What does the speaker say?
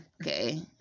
Okay